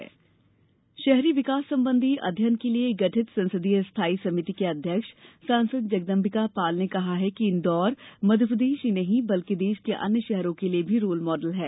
संसदीय समिति शहरी विकास संबंधी अध्ययन के लिए गठित संसदीय स्थायी सभिति के अध्यक्ष सांसद जगदंबिका पाल ने कहा कि इंदौर मध्यप्रदेश ही नहीं बल्कि देश के अन्य शहरों के लिये भी रोल मॉडल है